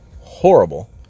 horrible